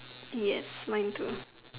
yes mine too